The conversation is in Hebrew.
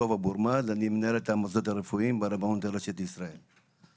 אני מנהל את המוסדות הרפואיים ברבנות הראשית לישראל.